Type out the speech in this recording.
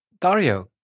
Dario